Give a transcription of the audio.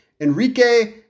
Enrique